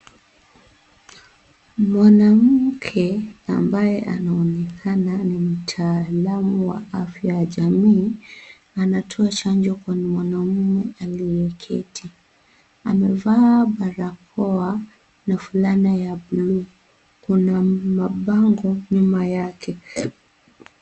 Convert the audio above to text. Mwanamke ambaye anaonekana ni mtaalamu wa afya ya jamii anatoa chanjo kwa mwanaume aliyeketi amevaa barakoa na fulana ya buluu kuna mabango nyuma yake.